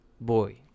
boy